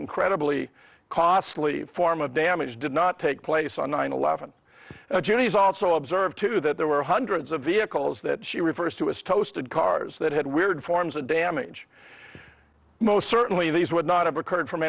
incredibly costly form of damage did not take place on nine eleven jenny's also observed too that there were hundreds of vehicles that she refers to as toasted cars that had weird forms of damage most certainly these would not have occurred from